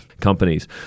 companies